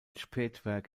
spätwerk